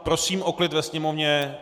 Prosím o klid ve sněmovně.